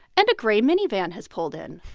and a gray minivan has pulled in.